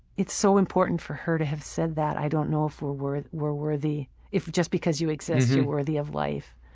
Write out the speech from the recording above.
it's so important for her to have said that, i don't know if we're worthy we're worthy if. just because you exist you're worthy of life.